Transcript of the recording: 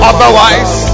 Otherwise